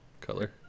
color